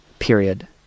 Period